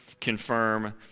confirm